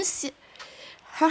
八个月两个礼拜